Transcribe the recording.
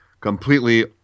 completely